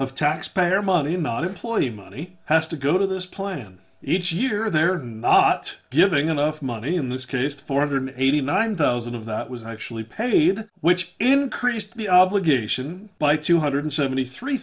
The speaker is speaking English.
of taxpayer money and not employee money has to go to this plan each year they're not giving enough money in this case to four hundred eighty nine thousand of that was actually paid which increased the obligation by two hundred seventy three